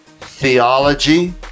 theology